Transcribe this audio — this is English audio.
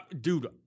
Dude